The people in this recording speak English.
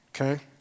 okay